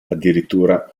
addirittura